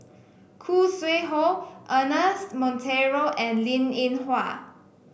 Khoo Sui Hoe Ernest Monteiro and Linn In Hua